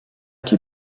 qui